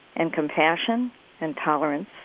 and compassion and tolerance